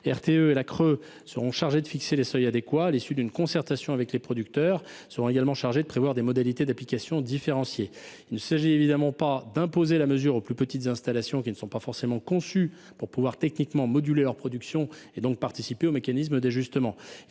RTE et la CRE seraient chargés non seulement de fixer les seuils adéquats à l’issue d’une concertation avec les producteurs, mais également de prévoir des modalités d’application différenciées. Il ne s’agit évidemment pas d’imposer la mesure aux plus petites installations, qui ne sont pas forcément conçues pour pouvoir techniquement moduler leur production et donc participer au mécanisme d’ajustement.